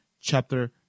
chapter